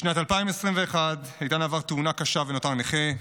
בשנת 2021 איתן עבר תאונה קשה ונותר נכה.